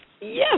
yes